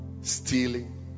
Stealing